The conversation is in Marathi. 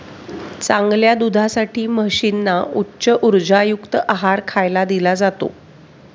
चांगल्या दुधासाठी म्हशींना उच्च उर्जायुक्त आहार खायला दिला जातो